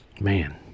man